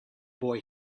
boy